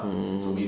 mm mm mm